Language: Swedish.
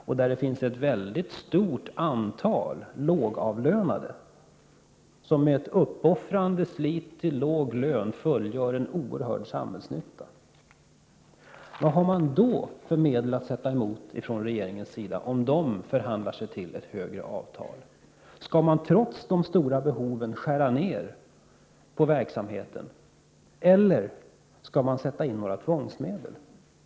I dessa verksamheter arbetar ett mycket stort antal lågavlönade, som med ett uppoffrande slit till låg lön fullgör ett mycket viktigt samhällsnyttigt arbete. Vad har regeringen för medel att sätta emot, om dessa grupper förhandlar sig till ett bättre avtal? Skall man trots de stora behoven skära ned på verksamheten eller skall man sätta in tvångsmedel?